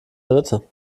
dritte